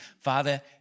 Father